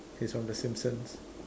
he's from the Simpson's